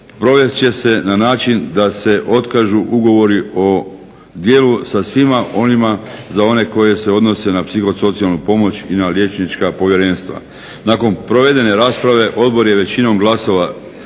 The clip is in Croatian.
provest će se na način da se otkažu ugovori o djelu sa svima onima za koje se odnose na psihosocijalnu pomoć i na liječnička povjerenstva. Nakon provedene rasprave Odbor je većinom glasova,